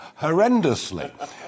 horrendously